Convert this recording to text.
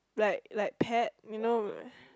like like pet you know